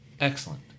Excellent